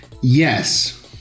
Yes